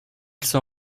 s’en